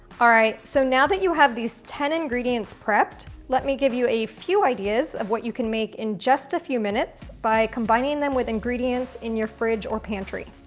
alright, so now that you have these ten ingredients prepped, let me give you a few ideas of what you can make in just a few minutes by combining them with ingredients in your fridge or pantry.